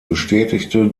bestätigte